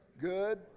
good